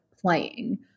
playing